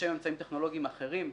יש היום אמצעים טכנולוגיים אחרים,